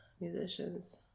musicians